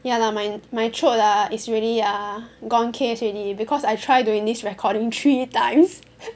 ya lah my my throat ah is really ah gone case already because I try doing this recording three times